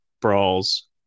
brawls